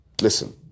listen